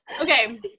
Okay